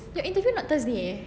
your interview not thursday ya